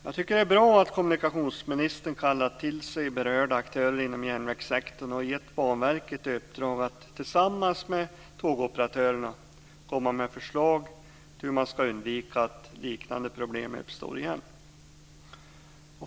Jag tycker att det är bra att kommunikationsministern kallat till sig berörda aktörer inom järnvägssektorn och gett Banverket i uppdrag att tillsammans med tågoperatörerna komma med förslag till hur man ska undvika att liknande problem uppstår igen.